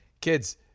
kids